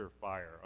fire